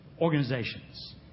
organizations